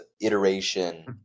iteration